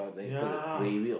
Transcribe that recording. ya